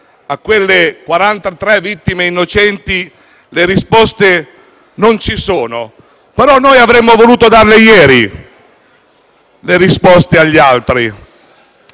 quelle 43 vittime innocenti le risposte non ci sono. Noi, però, avremmo voluto dare ieri le risposte agli altri,